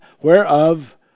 whereof